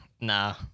Nah